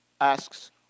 Asks